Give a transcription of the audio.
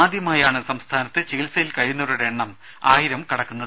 ആദ്യമായാണ് സംസ്ഥാനത്ത് ചികിത്സയിൽ കഴിയുന്നവരുടെ എണ്ണം ആയിരം കടക്കുന്നത്